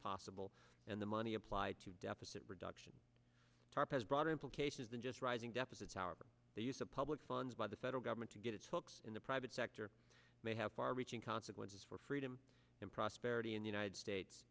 possible and the money applied to deficit reduction tarp has broader implications than just rising deficits our use of public funds by the federal government to get its hooks in the private sector may have far reaching consequences for freedom and prosperity in the united states